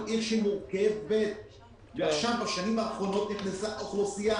עיר שהיא מורכבת ועכשיו בשנים האחרונות נכנסה אוכלוסייה